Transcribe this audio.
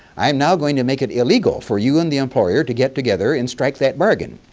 i am now going to make it illegal for you and the employer to get together and strike that bargain.